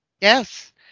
Yes